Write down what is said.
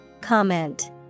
Comment